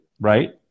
right